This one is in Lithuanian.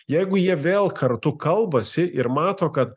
jeigu jie vėl kartu kalbasi ir mato kad